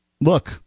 look